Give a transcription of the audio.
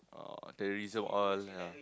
uh terrorism all ya